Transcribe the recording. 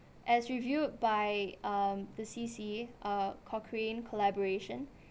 as reviewed by um the C_C uh Cochrane collaboration